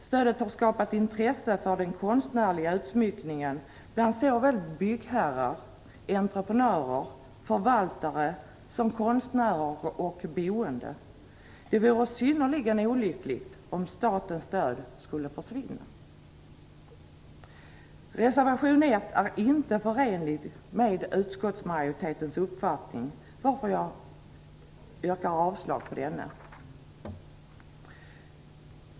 Stödet har skapat intresse för den konstnärliga utsmyckningen bland såväl byggherrar, entreprenörer, förvaltare som konstnärer och boende. Det vore synnerligen olyckligt om statens stöd skulle försvinna. Reservation 1 är inte förenlig med utskottsmajoritetens uppfattning, varför jag yrkar avslag på denna.